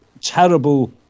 Terrible